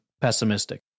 pessimistic